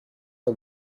are